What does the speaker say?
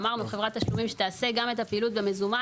אמרנו חברת תשלומים שתעשה גם הפעילות במזומן,